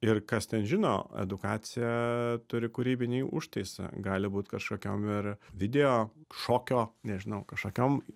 ir kas ten žino edukacija turi kūrybinį užtaisą gali būt kažkokiom ir video šokio nežinau kažkokiom